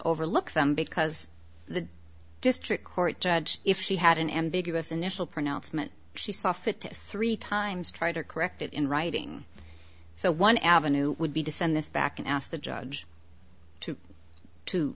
overlook them because the district court judge if she had an ambiguous initial pronouncement she saw fit to three times try to correct it in writing so one avenue would be to send this back and ask the judge to to